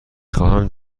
خواهم